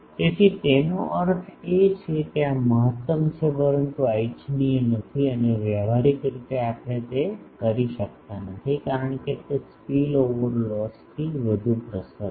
તેથી તેનો અર્થ એ છે કે આ મહત્તમ છે પરંતુ આ ઇચ્છનીય નથી અને વ્યવહારીક રીતે આપણે તે કરી શકતા નથી કારણ કે તે સ્પીલ ઓવર લોસ થી વધુ પ્રસરશે